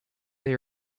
they